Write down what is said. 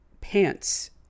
pants